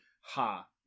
ha